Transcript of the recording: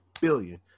billion